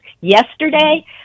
yesterday